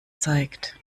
zeigt